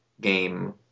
game